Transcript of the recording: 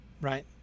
right